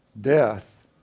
death